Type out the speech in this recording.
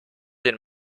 den